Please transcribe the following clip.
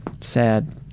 Sad